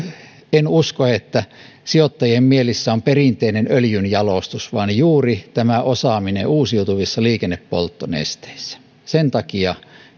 en usko että sijoittajien mielissä on perinteinen öljynjalostus vaan juuri tämä osaaminen uusiutuvissa liikennepolttonesteissä sen takia